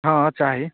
हँ चाही